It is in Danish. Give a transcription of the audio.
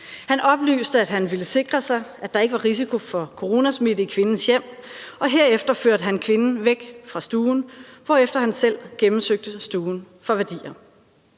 Han oplyste, at han ville sikre sig, at der ikke var risiko for coronasmitte i kvindens hjem, og herefter førte han kvinden væk fra stuen, hvorefter han selv gennemsøgte stuen for værdier.